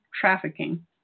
trafficking